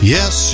Yes